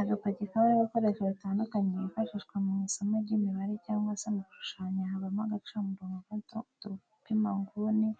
Agapaki kabamo ibikoresho bitandukanye byifashishwa mu isomo ry'imibare cyangwa se mu gushushanya, habamo agacamurongo gato, udupima inguni,